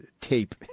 Tape